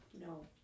No